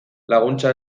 laguntza